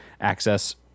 access